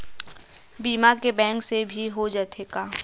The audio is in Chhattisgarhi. बीमा का बैंक से भी हो जाथे का?